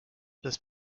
this